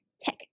tech